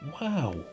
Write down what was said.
Wow